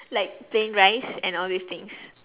like plain rice and all these things